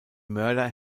mörder